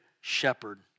shepherd